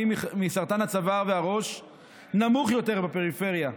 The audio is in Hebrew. מסרטן הצוואר והראש נמוך יותר בפריפריה,